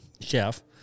chef